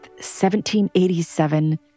1787